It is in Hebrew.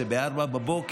זה ב-04:00,